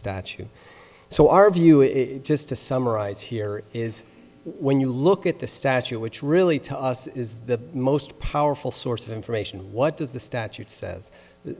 statue so our view is just to summarize here is when you look at the statute which really to us is the most powerful source of information what does the statute says